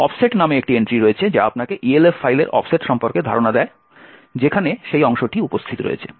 offset নামে একটি entry রয়েছে যা আপনাকে ELF ফাইলের অফসেট সম্পর্কে ধারণা দেয় যেখানে সেই অংশটি উপস্থিত রয়েছে